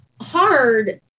hard